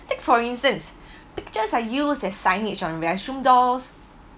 take for instance pictures are used as signage on restroom doors